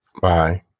Bye